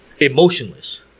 emotionless